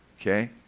okay